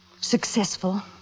Successful